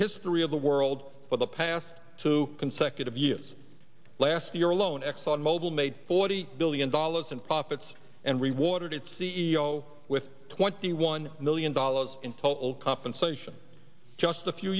history of the world for the past two consecutive years last year alone exxon mobil made forty billion dollars in profits and rewarded its c e o with twenty one million dollars in total compensation just a few